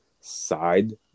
side